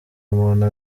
umuntu